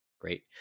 Great